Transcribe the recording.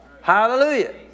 Hallelujah